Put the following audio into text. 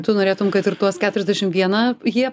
tu norėtum kad ir tuos keturiasdešim vieną jie